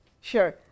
Sure